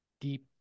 deep